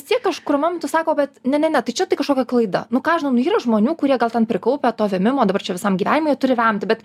vis tiek kažkurmam tu sako bet ne ne ne tai čia tai kažkokia klaida nu ką žinau nu yra žmonių kurie gal ten prikaupę to vėmimo dabar čia visam gyvenimui jie turi remti bet